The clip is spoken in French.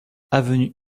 avenue